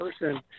person